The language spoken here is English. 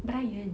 bryan